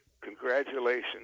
Congratulations